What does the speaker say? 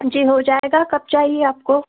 जी हो जाएगा कब चाहिए आपको